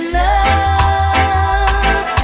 love